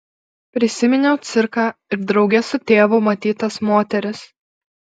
prisiminiau cirką ir drauge su tėvu matytas moteris